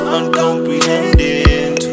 Uncomprehending